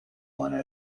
one